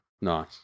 Nice